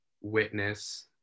witness